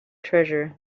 treasure